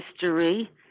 history